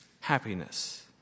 happiness